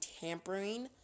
tampering